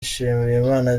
nshimiyimana